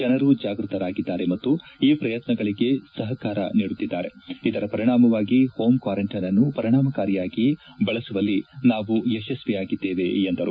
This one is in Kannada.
ಜನರು ಜಾಗೃತರಾಗಿದ್ದಾರೆ ಮತ್ತು ಈ ಪ್ರಯತ್ನಗಳಿಗೆ ಸಹಕಾರ ನೀಡುತ್ತಿದ್ದಾರೆ ಇದರ ಪರಿಣಾಮವಾಗಿ ಹೋಂ ಕ್ಲಾರಂಟ್ನೆನ್ ಅನ್ನು ಪರಿಣಾಮಕಾರಿಯಾಗಿ ಬಳಸುವಲ್ಲಿ ನಾವು ಯಶಸ್ವಿಯಾಗಿದ್ದೇವೆ ಎಂದರು